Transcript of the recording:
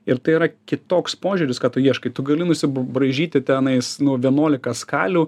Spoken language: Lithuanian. ir tai yra kitoks požiūris kad tu ieškai tu gali nusibraižyti tenais nu vienuolika skalių